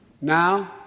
Now